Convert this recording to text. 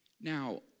Now